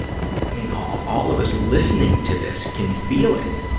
i mean, all ah all of us listening to this can feel it,